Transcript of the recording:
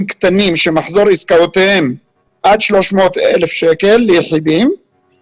קטנים שמחזור העסקאות שלהם הוא עד 300,000 שקלים ליחידים,